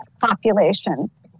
populations